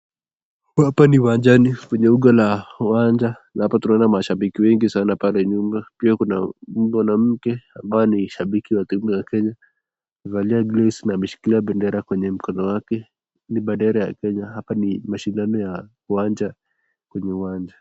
Hapa ni uwanjani kwenye uga la uwanja na hapa tunaona mashabiki wengi sana pale nyuma, pia kuna mwanamke ambaye ni shabiki wa timu ya Kenya, amevalia glovsi na ameshikilia bendera kwenye mkono wake, ni bendera ya Kenya hapa ni mashindano ya uwanja kwenye uwanja.